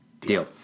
Deal